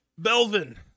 Belvin